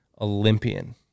Olympian